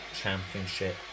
Championship